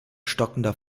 stockender